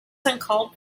uncalled